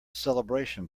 celebration